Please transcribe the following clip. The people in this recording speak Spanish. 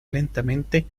lentamente